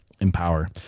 empower